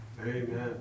Amen